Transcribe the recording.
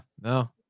No